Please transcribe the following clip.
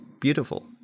beautiful